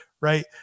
right